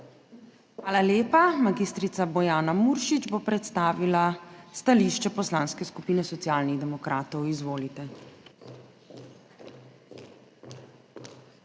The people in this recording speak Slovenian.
Hvala lepa. Mag. Bojana Muršič bo predstavila stališče Poslanske skupine Socialnih demokratov. Izvolite.